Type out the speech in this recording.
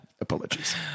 Apologies